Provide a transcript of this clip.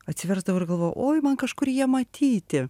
atsiversdavau ir galvojau oi man kažkur jie matyti